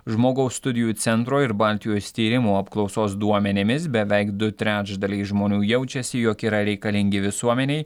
žmogaus studijų centro ir baltijos tyrimų apklausos duomenimis beveik du trečdaliai žmonių jaučiasi jog yra reikalingi visuomenei